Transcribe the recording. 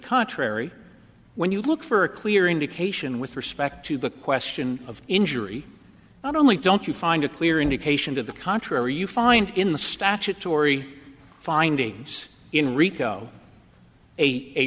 contrary when you look for a clear indication with respect to the question of injury not only don't you find a clear indication to the contrary you find in the statutory findings in rico a